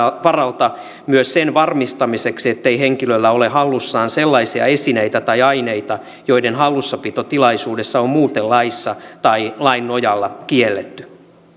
varalta myös sen varmistamiseksi ettei henkilöllä ole hallussaan sellaisia esineitä tai aineita joiden hallussapito tilaisuudessa on muuten laissa tai lain nojalla kielletty